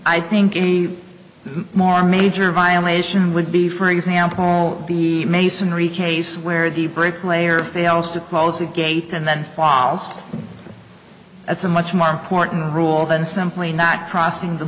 i think in a more major violation would be for example the masonry case where the bricklayer fails to close the gate and then follows that's a much more important rule than simply not crossing the